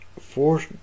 four